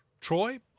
Troy